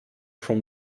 from